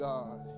God